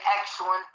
excellent